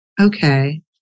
Okay